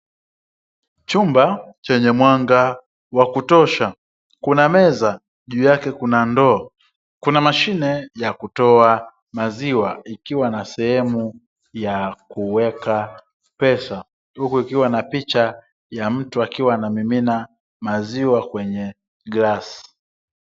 Chumba chenye mwaga wa kutosha, kuna meza juu yake kuna ndoa kuna mashine ya kutoa maziwa ikiwa na sehemu ya kuweka pesa, huku ukiwa na picha ya mtu akiwa anamimina maziwa kwenye glasi.